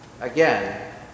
Again